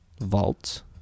Vault